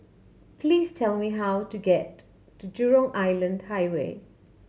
please tell me how to get to Jurong Island Highway